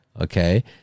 Okay